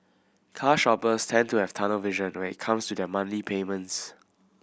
car shoppers tend to have tunnel vision when comes to their monthly payments